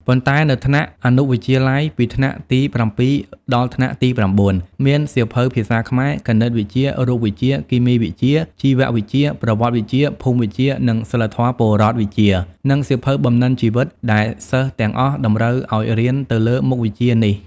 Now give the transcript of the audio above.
ប៉ុន្តែនៅថ្នាក់អនុវិទ្យាល័យ ពីថ្នាក់ទី៧ ដល់ថ្នាក់ទី៩ មានសៀវភៅភាសាខ្មែរ គណិតវិទ្យា រូបវិទ្យា គីមីវិទ្យា ជីវវិទ្យា ប្រវត្តិវិទ្យា ភូមិវិទ្យា និងសីលធម៌-ពលរដ្ឋវិជ្ជា និងសៀវភៅបំណិនជីវិត ដែលសិស្សទាំងអស់តម្រូវអោយរៀនទៅលើមុខវិជ្ជានេះ។